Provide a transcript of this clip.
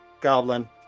goblin